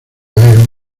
veo